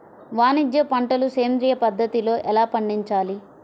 వాణిజ్య పంటలు సేంద్రియ పద్ధతిలో ఎలా పండించాలి?